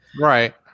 Right